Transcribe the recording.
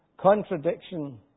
Contradiction